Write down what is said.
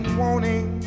warning